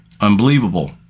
unbelievable